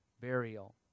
burial